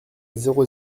zéro